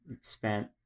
spent